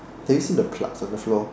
can you see the plugs on the floor